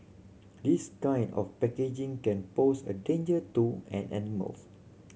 this kind of packaging can pose a danger to an animals